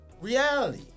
reality